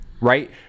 right